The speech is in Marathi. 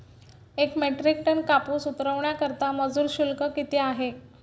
एक मेट्रिक टन कापूस उतरवण्याकरता मजूर शुल्क किती आहे?